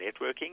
networking